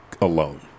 alone